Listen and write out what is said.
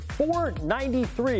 493